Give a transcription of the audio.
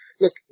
Look